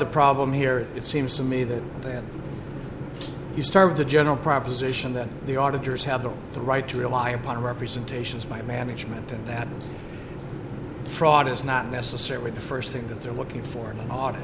the problem here it seems to me that that you starve the general proposition that the auditors have the the right to rely upon representations by management and that fraud is not necessarily the first thing that they're looking for in an